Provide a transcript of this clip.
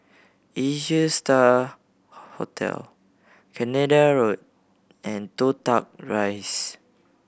Asia Star Hotel Canada Road and Toh Tuck Rise